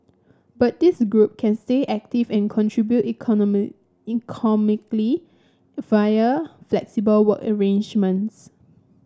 but this group can stay active and contribute economic economically via flexible work arrangements